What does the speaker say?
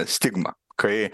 stigma kai